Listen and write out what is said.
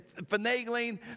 finagling